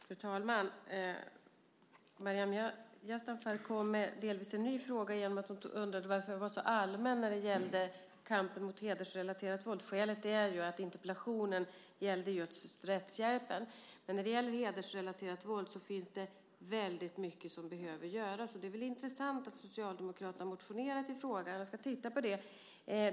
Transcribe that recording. Fru talman! Maryam Yazdanfar kom med en delvis ny fråga genom att hon undrade varför jag var så allmän när det gällde kampen mot hedersrelaterat våld. Skälet är ju att interpellationen gällde just rättshjälpen. Men när det gäller hedersrelaterat våld finns det väldigt mycket som behöver göras, och det är väl intressant att Socialdemokraterna motionerat i frågan. Jag ska titta på det.